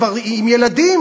כבר עם ילדים,